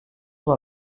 dans